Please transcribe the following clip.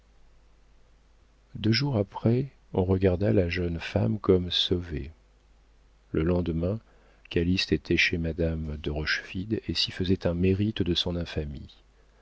deux jours après on regarda la jeune femme comme sauvée le lendemain calyste était chez madame de rochefide et s'y faisait un mérite de son infamie